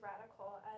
radical